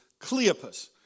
Cleopas